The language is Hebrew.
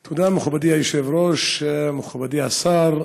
תודה, מכובדי היושב-ראש, מכובדי השר,